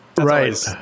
Right